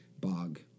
bog